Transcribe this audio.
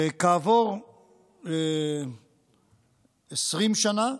וכעבור 20 שנה,